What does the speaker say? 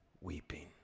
weeping